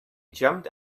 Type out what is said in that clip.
jumped